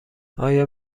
آیا